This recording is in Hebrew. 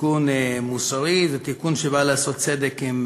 תיקון מוסרי ותיקון שבא לעשות צדק עם